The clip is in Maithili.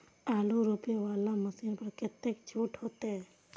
आलू रोपे वाला मशीन पर कतेक छूट होते?